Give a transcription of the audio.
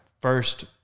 first